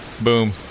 boom